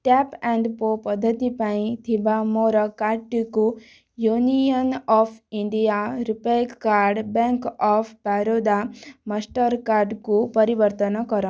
tap and pay ପଦ୍ଧତି ପାଇଁ ଥିବା ମୋର କାର୍ଡ୍ଟିକୁ union of India RuPay card bank of Baroda ମାଷ୍ଟର୍କାର୍ଡ଼୍କୁ ପରିବର୍ତ୍ତନ କର